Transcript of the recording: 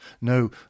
No